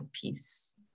peace